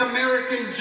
American